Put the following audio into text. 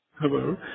Hello